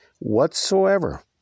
whatsoever